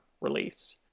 release